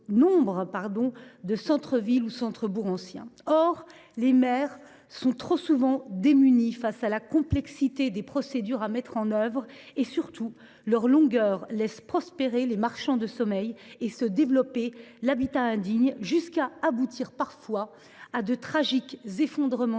de centres villes ou centres bourgs anciens. Or les maires sont trop souvent démunis face à la complexité des procédures à mettre en œuvre. Surtout, la longueur de ces procédures laisse prospérer les marchands de sommeil et se développer l’habitat indigne, jusqu’à aboutir parfois à de tragiques effondrements